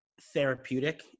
therapeutic